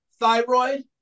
thyroid